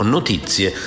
Notizie